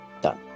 done